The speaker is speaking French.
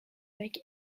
avec